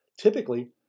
Typically